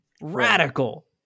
Radical